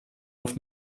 auf